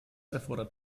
erfordert